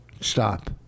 Stop